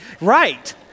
Right